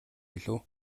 илүү